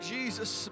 Jesus